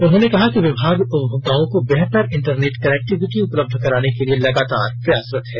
उन्होंने कहा कि विभाग उपभोक्ताओं को बेहतर इंटरनेट कनेक्टिविटी उपलब्ध कराने के लिए लगातार प्रयासरत है